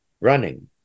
running